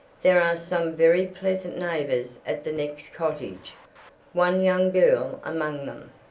there are some very pleasant neighbors at the next cottage one young girl among them.